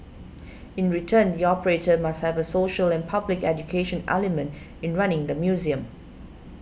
in return the operator must have a social and public education element in running the museum